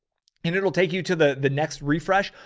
and it'll take you to the the next refresh,